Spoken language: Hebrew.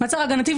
מעצר הגנתי.